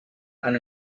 and